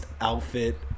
outfit